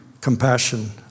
compassion